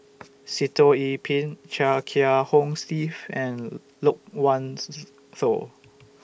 Sitoh Yih Pin Chia Kiah Hong Steve and Loke Wan Tho